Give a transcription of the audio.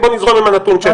בוא נזרום עם הנתון שלו,